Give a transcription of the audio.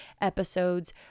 episodes